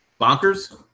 Bonkers